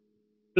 01j0